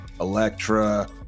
electra